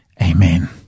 Amen